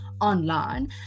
online